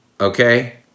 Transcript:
okay